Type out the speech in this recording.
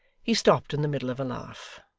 he stopped in the middle of a laugh,